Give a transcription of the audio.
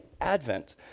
Advent